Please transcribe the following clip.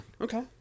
Okay